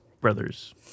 brother's